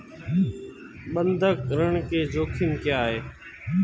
बंधक ऋण के जोखिम क्या हैं?